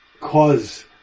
cause